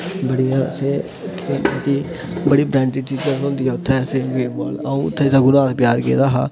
बड़ियां असें मतलब कि बड़ी ब्रांडेड चीजां थ्होंदियां उत्थें असें वेव माल आऊं उत्थै रघुनाथ बजार गेदा हा